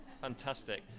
Fantastic